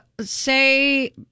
Say